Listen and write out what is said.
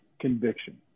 conviction